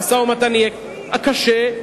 המשא-ומתן יהיה קשה,